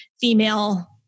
female